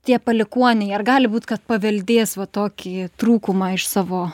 tie palikuoniai ar gali būt kad paveldės va tokį trūkumą iš savo